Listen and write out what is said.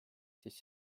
siis